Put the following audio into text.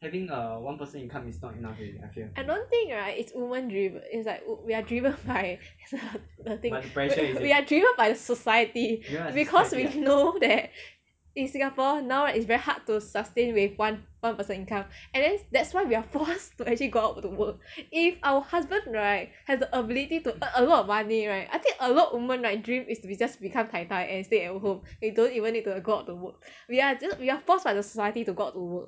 I don't think right is women driv~ is like we are driven by the the thing we are driven by society because we know that in singapore now right is very hard to sustain with one one person income and then that's why we are force to actually go out to work if our husband right has the ability to earn a lot of money right I think a lot women right dream is to be just become 太太 and stay at home they don't even need to go out to work we are forced by the society to go out to work